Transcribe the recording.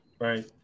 Right